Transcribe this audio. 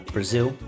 Brazil